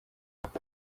mfite